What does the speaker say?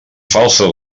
falses